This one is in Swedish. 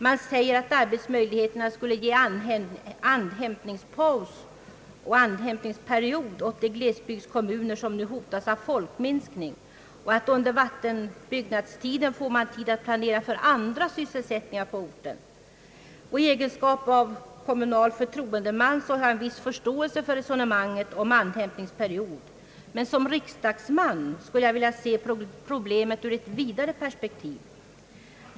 Man säger att arbetsmöjligheterna skulle ge andhämtningspaus åt de glesbygdskommuner som nu hotas av folkminskning och att man under utbyggnadstiden får tid att planera för andra sysselsättningar på orten. I egenskap av kommunal förtroendeman har jag en viss förståelse för resonemanget om andhämtningsperiod. Men som riksdagsman skulle jag vilja se problemet ur ett vidare perspektiv.